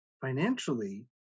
financially